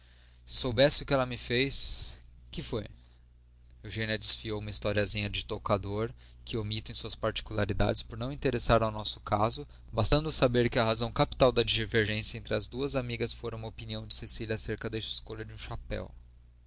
soubesse o que ela me fez que foi eugênia desfiou uma historiazinha de toucador que omito em suas particularidades por não interessar ao nosso caso bastando saber que a razão capital da divergência entre as duas amigas fora uma opinião de cecília acerca da escolha de um chapéu